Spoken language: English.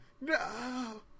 No